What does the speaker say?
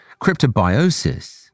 Cryptobiosis